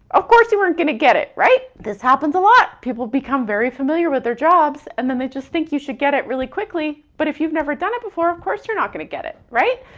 of course, you weren't gonna get it, right? this happens a lot. people become very familiar with their jobs, and then they just think you should get it really quickly, but if you've never done it before, of course you're not gonna get it, right?